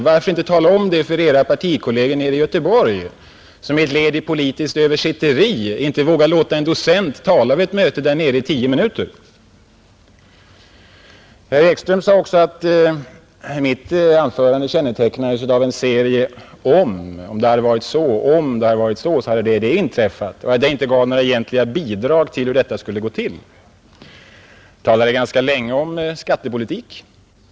Och varför inte tala om det för Era partikolleger nere i Göteborg, där man — som ett led i ett politiskt översitteri — inte vågar låta en docent tala vid ett möte i tio minuter? Herr Ekström sade också att mitt anförande kännetecknades av en serie ”om” — om det hade varit så, hade det och det inträffat — och att jag inte gav några egentliga bidrag till diskussionen om hur det skulle gå till. Jag talade ganska länge om skattepolitiken.